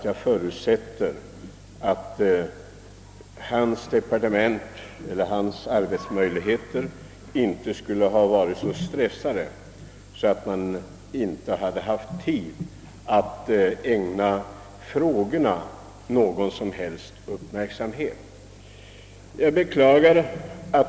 Jag förutsatte nämligen att hans sekretariat inte skulle vara så arbetstyngt, att man inte skulle ha haft tid att ägna dessa frågor någon som helst uppmärksamhet.